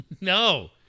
No